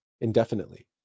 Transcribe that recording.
indefinitely